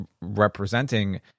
representing